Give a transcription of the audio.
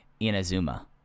Inazuma